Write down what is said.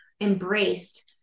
embraced